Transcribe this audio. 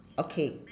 okay